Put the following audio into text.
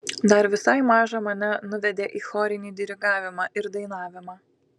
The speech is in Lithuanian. dar visai mažą mane nuvedė į chorinį dirigavimą ir dainavimą